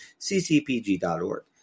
ccpg.org